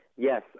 Yes